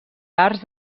arts